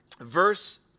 verse